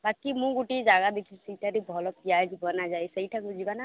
ହୁଁ ବାକି ମୁଁ ଗୋଟିଏ ଜାଗା ଦେଖିଛି ସେଠି ବି ଭଲ ପିଆଜି ବନାଯାଏ ସେଇଠାକୁ ଯିବା ନା